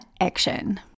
action